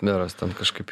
meras ten kažkaip